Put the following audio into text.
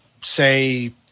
say